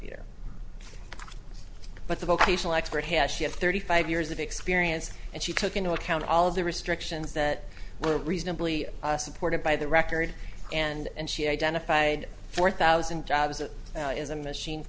here but the vocational expert has she had thirty five years of experience and she took into account all of the restrictions that were reasonably supported by the record and she identified four thousand jobs that is a machine